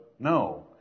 No